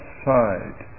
side